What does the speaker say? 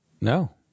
No